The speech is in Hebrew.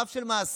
רף של מאסר,